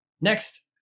next